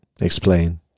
explain